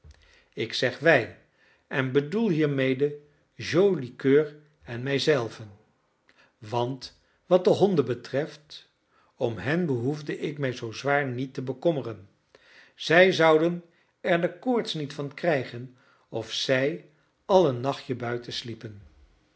ik zeg wij en bedoel hiermede joli coeur en mij zelven want wat de honden betreft om hen behoefde ik mij zoo zwaar niet te bekommeren zij zouden er de koorts niet van krijgen of zij al een nachtje buiten sliepen